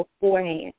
beforehand